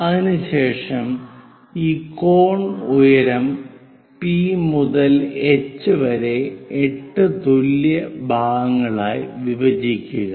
അതിനുശേഷം ഈ കോൺ ഉയരം P മുതൽ h വരെ 8 തുല്യ ഭാഗങ്ങളായി വിഭജിക്കുക